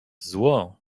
zło